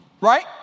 right